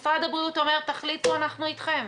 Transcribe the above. משרד הבריאות אומר שתחליטו והם איתכם.